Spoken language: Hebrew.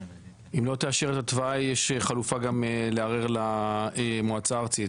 אם לא תאשר את התוואי יש חלופה גם לערער למועצה הארצית,